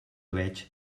veig